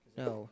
no